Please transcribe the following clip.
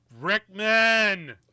Rickman